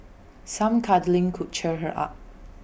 some cuddling could cheer her up